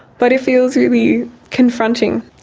but it feels really confronting,